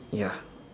ya